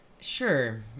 Sure